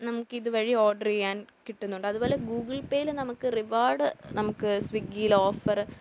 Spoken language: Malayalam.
നമുക്ക് ഇതുവഴി ഓർഡർ ചെയ്യാൻ കിട്ടുന്നുണ്ട് അതുപോലെ ഗൂഗിൾ പേയിൽ നമുക്ക് റിവാഡ് നമുക്ക് സ്വിഗ്ഗിയിൽ ഓഫർ